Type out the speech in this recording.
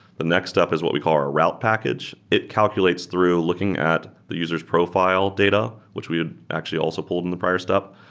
the next step is what we call our route package. it calculates through looking at the user's profile data, which we actually also pulled in the prior step.